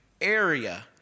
area